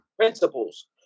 principles